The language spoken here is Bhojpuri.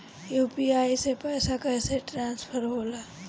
यू.पी.आई से पैसा कैसे ट्रांसफर होला?